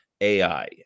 ai